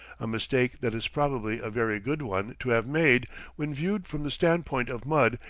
a mistake that is probably a very good one to have made when viewed from the stand-point of mud,